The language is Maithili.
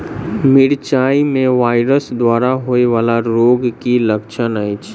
मिरचाई मे वायरस द्वारा होइ वला रोगक की लक्षण अछि?